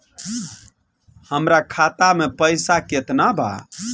हमरा खाता में पइसा केतना बा?